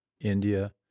India